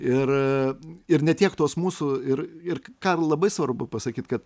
ir ir ne tiek tos mūsų ir ir ką labai svarbu pasakyti kad